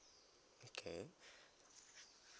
okay